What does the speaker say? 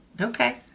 Okay